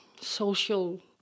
social